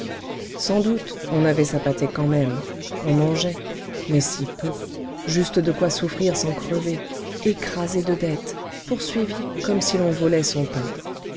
sans doute on avait sa pâtée quand même on mangeait mais si peu juste de quoi souffrir sans crever écrasé de dettes poursuivi comme si l'on volait son pain